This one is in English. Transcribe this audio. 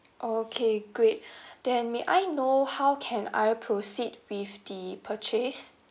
okay great then may I know how can I proceed with the purchase